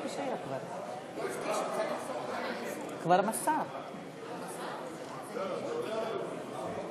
חוק ומשפט בדבר תיקון טעויות בחוק שירות הציבור (הצהרת הון),